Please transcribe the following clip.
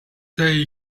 day